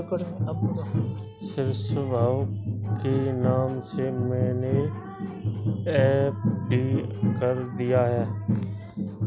ऋषभ के नाम से मैने एफ.डी कर दिया है